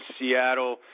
Seattle –